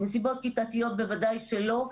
מסיבות כיתתיות, בוודאי שלא.